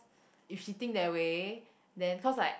if she think that way then cause like